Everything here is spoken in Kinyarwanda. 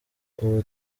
ubu